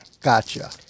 Gotcha